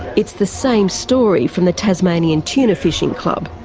it's the same story from the tasmanian tuna fishing club.